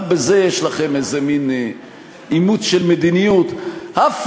גם בזה יש לכם איזה אימוץ של מדיניות הפוכה